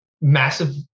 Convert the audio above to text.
massive